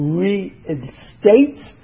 reinstates